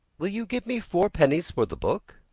will you give me four pennies for the book?